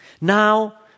Now